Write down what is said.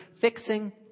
fixing